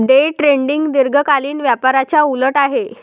day trading दीर्घकालीन व्यापाराच्या उलट आहे